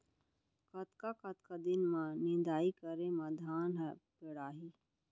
कतका कतका दिन म निदाई करे म धान ह पेड़ाही?